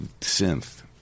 synth